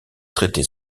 traiter